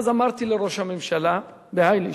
אז אמרתי לראש הממשלה בהאי לישנא: